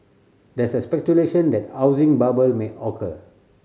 there is speculation that housing bubble may occur